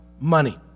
money